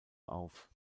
auf